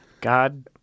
God